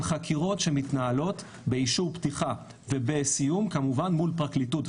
חקירות שמתנהלות באישור פתיחה ובסיום כמובן מול פרקליטות.